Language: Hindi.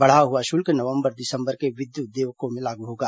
बढ़ा हुआ शुल्क नवंबर दिसंबर के विद्युत देयकों में लागू होगा